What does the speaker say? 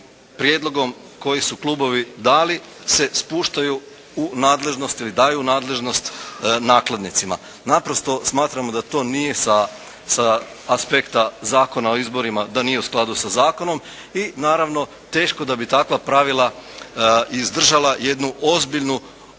prijedlogom koji su klubovi dali se spuštaju u nadležnost ili daju u nadležnost nakladnicima. Naprosto smatramo da to nije sa aspekta Zakona o izborima, da nije u skladu sa zakonom i naravno teško da bi takva pravila izdržala jednu ozbiljnu